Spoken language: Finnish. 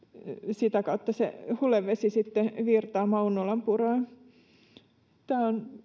sitä kautta hulevesi sitten virtaa maunulanpuroon tämä on